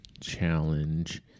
Challenge